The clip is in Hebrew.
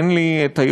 אין לי היכולת,